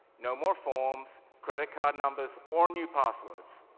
no more forms, credit card numbers, or new passwords,